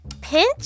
pinch